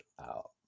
out